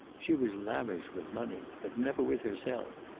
she was lavish with money but never with herself.